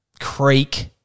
creek